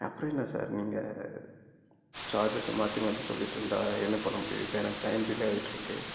அப்புறம் என்ன சார் நீங்கள் சார்ஜஸ் மாற்றி மாற்றி சொல்லிட்ருந்தால் என்ன பண்ண முடியும் இப்போ எனக்கு டைம் டிலே ஆகிட்ருக்கு